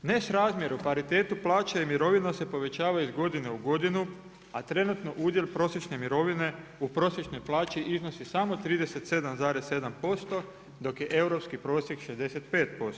Nesrazmjer u paritetu plaća i mirovina se povećava iz godine u godinu, a trenutno udjel prosječne mirovine u prosječnoj plaći iznosi samo 37,7% dok je europski prosjek 65%